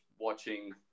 watching